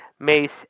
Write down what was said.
Mace